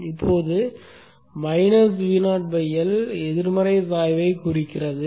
இப்போது VoL எதிர்மறை சாய்வைக் குறிக்கிறது